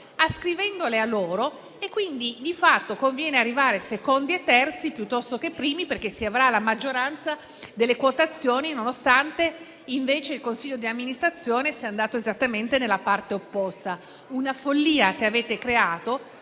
ascrivendolo a loro. Quindi, di fatto, conviene arrivare secondi e terzi piuttosto che primi, perché si avrà la maggioranza delle quotazioni, nonostante il consiglio di amministrazione sia andato esattamente nella parte opposta. Una follia che avete concepito